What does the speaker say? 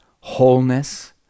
wholeness